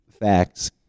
facts